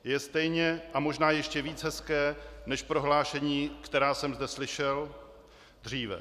Je stejně a možná ještě víc hezké než prohlášení, která jsem zde slyšel dříve.